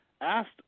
asked